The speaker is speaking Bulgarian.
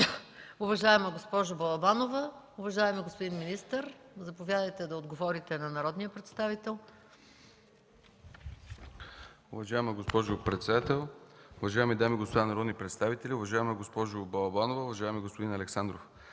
уважаема госпожо Балабанова. Уважаеми господин министър, заповядайте да отговорите на народния представител. МИНИСТЪР ДРАГОМИР СТОЙНЕВ: Уважаема госпожо председател, уважаеми дами и господа народни представители! Уважаема госпожо Балабанова, уважаеми господин Александров,